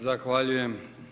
Zahvaljujem.